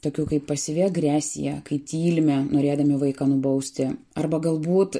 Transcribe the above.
tokių kaip pasyvi agresija kai tylime norėdami vaiką nubausti arba galbūt